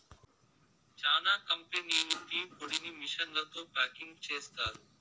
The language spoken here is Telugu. చానా కంపెనీలు టీ పొడిని మిషన్లతో ప్యాకింగ్ చేస్తారు